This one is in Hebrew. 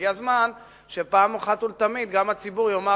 הגיע הזמן שפעם אחת ולתמיד גם הציבור יאמר